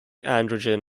androgen